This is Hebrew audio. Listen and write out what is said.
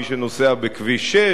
מי שנוסע בכביש 6,